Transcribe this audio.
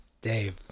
Dave